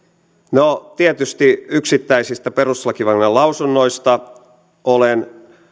no tietysti yksittäisistä perustuslakivaliokunnan lausunnoista olen